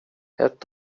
ett